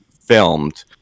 filmed